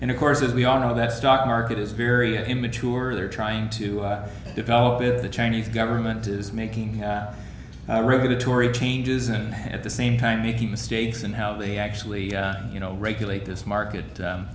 and of course as we all know that stock market is very immature they're trying to develop it the chinese government is making retore changes and at the same time making mistakes and how they actually you know regulate this market